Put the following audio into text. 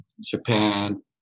Japan